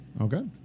Okay